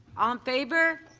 um favor.